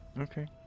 Okay